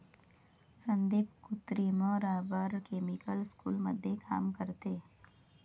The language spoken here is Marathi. संदीप कृत्रिम रबर केमिकल स्कूलमध्ये काम करते